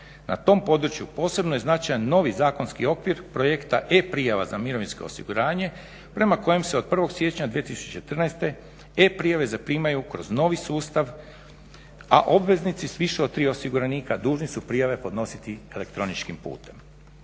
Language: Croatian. Na tom području posebno je značajan novi zakonski okvir projekta e-prijava za mirovinsko osiguranje prema kojem se od 01. siječnja 2014. e-prijave zaprimaju kroz novi sustav, a obveznici s više od 3 osiguranika dužni su prijave podnositi elektroničkim putem.